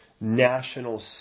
national